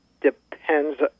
depends